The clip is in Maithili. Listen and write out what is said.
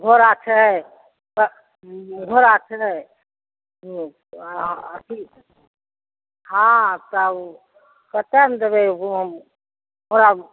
घोड़ा छै घोड़ा छै आ अथी हँ तब कतेमे देबै घोड़ा